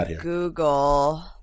Google